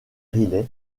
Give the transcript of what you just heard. riley